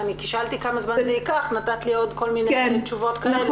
שאלתי כמה זמן זה ייקח נתת לי עוד כל מיני תשובות כאלה.